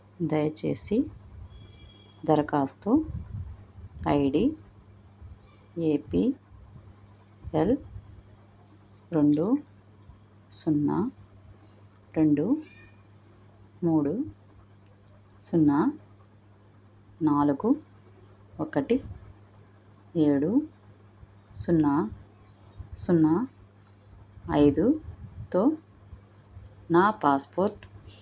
దయచేసి దరఖాస్తు ID APL రెండు సున్నా రెండు మూడు సున్నా నాలుగు ఒకటి ఏడు సున్నా సున్నా ఐదుతో నా పాస్పోర్ట్